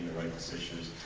right decisions.